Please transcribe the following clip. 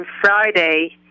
Friday